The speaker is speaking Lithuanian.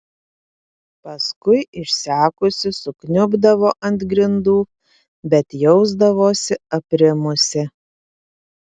paskui išsekusi sukniubdavo ant grindų bet jausdavosi aprimusi